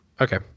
Okay